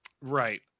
right